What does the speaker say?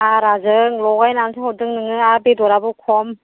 हाराजों लगायनानैसो हरदों नोङो आरो बेदरआबो खम